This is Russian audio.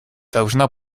должна